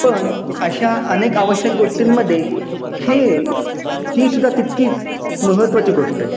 पण अशा अनेक आवश्यक गोष्टींमध्ये खेळ हीसुद्धा तितकीच महत्त्वाची गोष्ट आहे